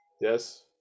Yes